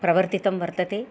प्रवर्तितं वर्तते